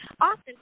often